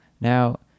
now